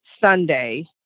Sunday